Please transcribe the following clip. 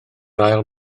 ail